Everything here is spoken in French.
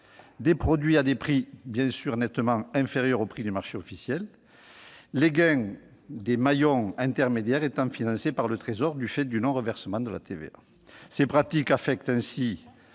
des produits à des prix bien sûr nettement inférieurs aux prix du marché officiel, les gains des maillons intermédiaires étant financés par le Trésor du fait du non-reversement de la TVA. Ces pratiques affectent ainsi